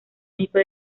único